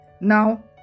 Now